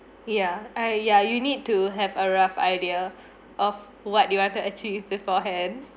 yeah I yeah you need to have a rough idea of what you want to achieve beforehand